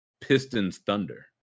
Pistons-Thunder